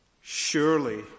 Surely